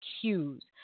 cues